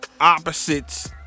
opposites